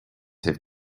have